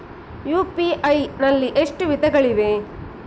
UPI ನಲ್ಲಿ ಎಷ್ಟು ವಿಧಗಳಿವೆ?